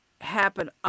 happen